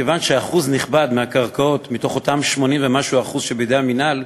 מכיוון שאחוז נכבד מהקרקעות מתוך אותם 80% ומשהו שבידי המינהל,